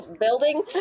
building